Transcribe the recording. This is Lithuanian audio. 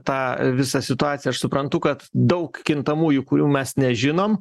tą visą situaciją aš suprantu kad daug kintamųjų kurių mes nežinom